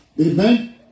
Amen